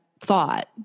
thought